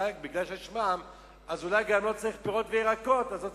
אולי כי יש מע"מ לא צריך פירות וירקות ולא